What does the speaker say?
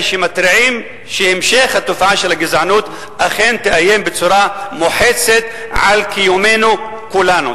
שמתריעים שהמשך התופעה של הגזענות אכן יאיים בצורה מוחצת על קיומנו כולנו.